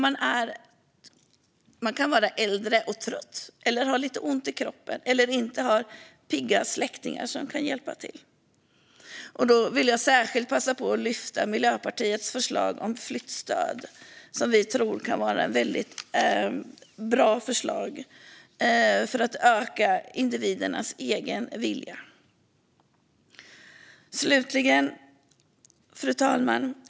Man kan vara äldre och trött eller ha lite ont i kroppen. Man kanske inte har pigga släktingar som kan hjälpa till. Då vill jag särskilt passa på att lyfta Miljöpartiets förslag om flyttstöd, som vi tror kan vara väldigt bra för att möta individernas egen vilja. Fru talman!